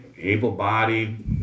able-bodied